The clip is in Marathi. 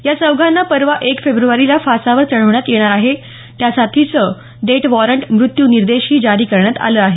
या चौघांना परवा एक फेब्रवारीला फासावर चढवण्यात येणार आहे त्यासाठीचं डेथ वॉरंट मृत्यूनिर्देश ही जारी करण्यात आले आहेत